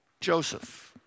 Joseph